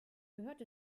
gehört